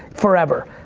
forever.